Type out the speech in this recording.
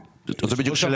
זו בדיוק השאלה,